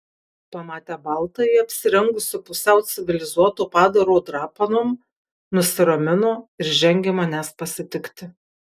pamatę baltąjį apsirengusį pusiau civilizuoto padaro drapanom nusiramino ir žengė manęs pasitikti